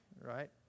right